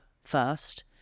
first